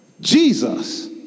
Jesus